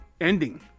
ending